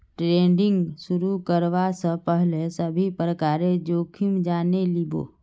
trading शुरू करवा स पहल सभी प्रकारेर जोखिम जाने लिबो